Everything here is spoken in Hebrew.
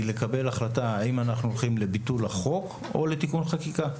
והיא לקבל החלטה האם אנחנו הולכים לביטול החוק או לתיקון חקיקה.